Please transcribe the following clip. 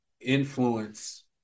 influence